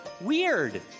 Weird